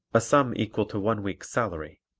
a sum equal to one week's salary,